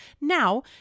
Now